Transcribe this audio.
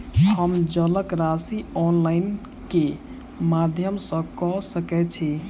हम जलक राशि ऑनलाइन केँ माध्यम सँ कऽ सकैत छी?